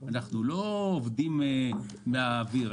אנחנו לא עובדים מהאוויר.